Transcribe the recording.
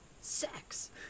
Sex